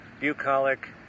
bucolic